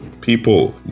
people